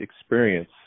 experience